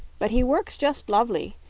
but he works just lovely,